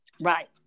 right